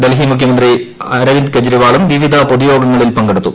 ഡൽഹി മുഖ്യമന്ത്രി അരവിന്ദ് കെജ്രിവാളും വിവിധ പൊതുയോഗങ്ങളിൽ പങ്കെടുത്തു